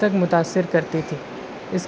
جی sir جی